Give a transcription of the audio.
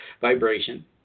vibration